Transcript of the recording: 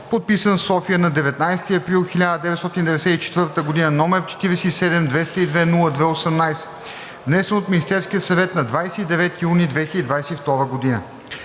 подписан в София на 19 април 1994 г., № 47-202-02-18, внесен от Министерския съвет на 29 юни 2022 г.